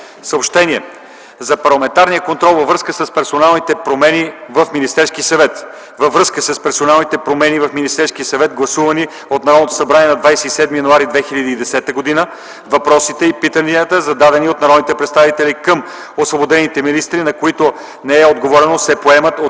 Младенов. За парламентарния контрол във връзка с персоналните промени в Министерския съвет, гласувани от Народното събрание на 27 януари 2010 г., въпросите и питанията, зададени от народните представители към освободените министри, на които не е отговорено, се поемат съответно